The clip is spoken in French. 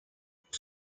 pour